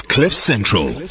Cliffcentral